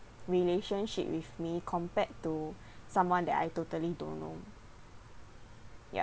relationship with me compared to someone that I totally don't know yup